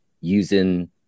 using